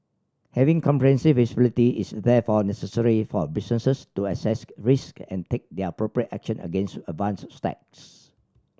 having comprehensive visibility is therefore necessary for businesses to assess risk and take their appropriate action against advanced attacks